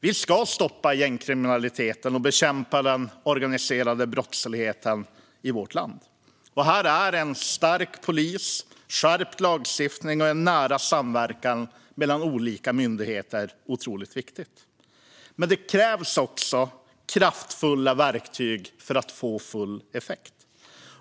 Vi ska stoppa gängkriminaliteten och bekämpa den organiserade brottsligheten i vårt land. Här är en stark polis, skärpt lagstiftning och nära samverkan mellan olika myndigheter otroligt viktigt. Men det krävs också kraftfulla verktyg för att få full effekt.